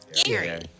Gary